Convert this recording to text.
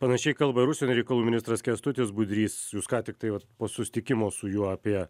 panašiai kalba ir užsienio reikalų ministras kęstutis budrys jūs ką tik tai vat po susitikimo su juo apie